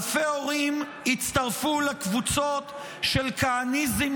אלפי הורים הצטרפו לקבוצות של "כהניזם,